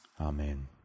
Amen